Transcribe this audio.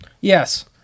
Yes